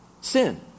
sin